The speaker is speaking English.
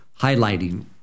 highlighting